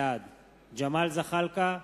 בעד ג'מאל זחאלקה,